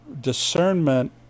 discernment